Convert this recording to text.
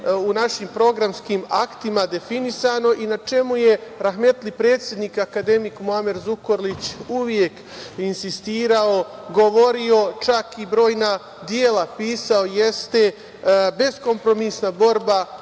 u našim programskim aktima definisano i na čemu je rahmetli predsednik akademik Muamer Zukorlić uvek insistirao, govorio, čak i brojna dela pisao, jeste beskompromisna borba